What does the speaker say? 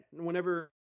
whenever